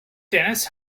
dennis